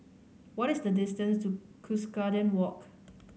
what is the distance to Cuscaden Walk